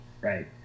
Right